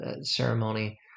ceremony